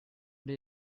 did